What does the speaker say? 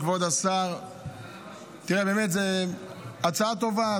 כבוד השר, תראה, באמת זאת הצעה טובה.